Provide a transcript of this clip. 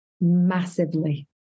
massively